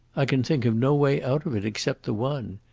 i can think of no way out of it except the one,